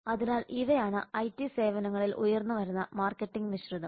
അതിനാൽ ഇവയാണ് ഐടി സേവനങ്ങളിൽ ഉയർന്നുവരുന്ന മാർക്കറ്റിംഗ് മിശ്രിതം